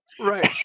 Right